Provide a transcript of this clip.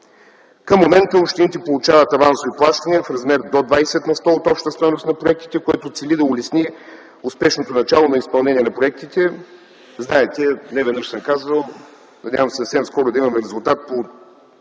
Към момента общините получават авансови плащания в размер до 20 на сто от общата стойност на проектите, което цели да улесни успешното начало на изпълнение на проектите. Знаете, неведнъж съм казвал, надявам се съвсем скоро да имаме резултат по